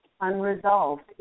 unresolved